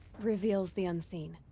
reveals the unseen.